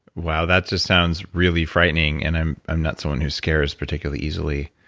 wow. that just sounds really frightening, and i'm i'm not someone who scares particularly easily.